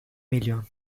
milyon